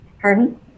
Pardon